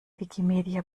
wikimedia